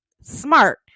smart